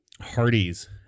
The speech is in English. Hardee's